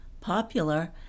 popular